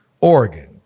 Oregon